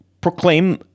proclaim